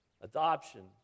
Adoption